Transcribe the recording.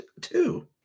two